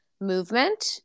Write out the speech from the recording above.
movement